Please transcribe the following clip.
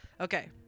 Okay